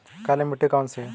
काली मिट्टी कौन सी है?